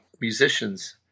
musicians